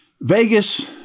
Vegas